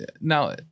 now